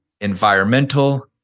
environmental